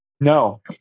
No